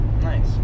Nice